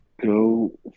go